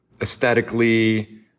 aesthetically